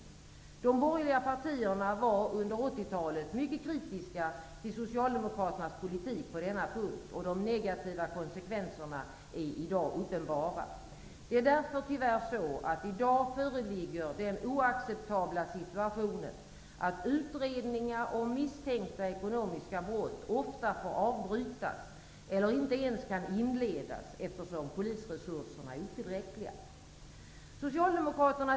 De borgerliga partierna var under 1980 talet mycket kritiska till Socialdemokraternas politik på denna punkt. De negativa konsekvenserna är i dag uppenbara. Det är därför tyvärr så, att det i dag föreligger den oacceptabla situationen att utredningar om misstänkta ekonomiska brott ofta får avbrytas, eller inte ens kan inledas, eftersom polisresurserna är otillräckliga.